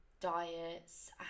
diets